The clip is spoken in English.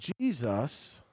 Jesus